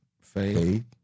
Faith